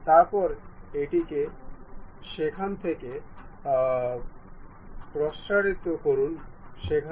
তারপরে এটিকে সেখান থেকে প্রসারিত করুন সেখানে